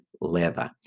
leather